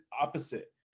opposite